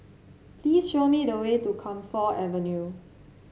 please show me the way to Camphor Avenue